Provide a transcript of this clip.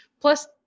plus